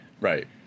Right